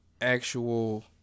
actual